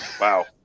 Wow